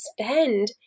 spend